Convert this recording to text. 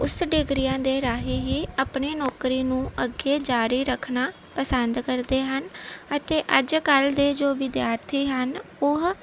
ਉਸ ਡਿਗਰੀਆਂ ਦੇ ਰਾਹੀ ਹੀ ਆਪਣੇ ਨੌਕਰੀ ਨੂੰ ਅੱਗੇ ਜਾਰੀ ਰੱਖਣਾ ਪਸੰਦ ਕਰਦੇ ਹਨ ਅਤੇ ਅੱਜ ਕੱਲ੍ਹ ਦੇ ਜੋ ਵਿਦਿਆਰਥੀ ਹਨ ਉਹ